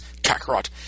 Kakarot